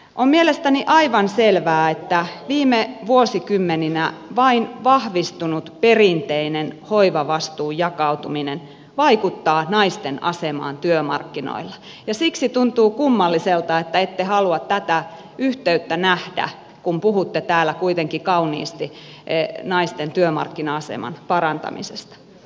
on mielestäni aivan selvää että viime vuosikymmeninä vain vahvistunut perinteinen hoivavastuun jakautuminen vaikuttaa naisten asemaan työmarkkinoilla ja siksi tuntuu kummalliselta että ette halua tätä yhteyttä nähdä kun puhutte täällä kuitenkin kauniisti naisten työmarkkina aseman parantamisesta